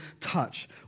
touch